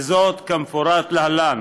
כמפורט להלן: